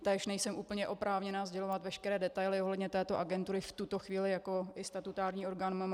Též nejsem úplně oprávněná sdělovat veškeré detaily ohledně této agentury v tuto chvíli jako i statutární orgán MMR.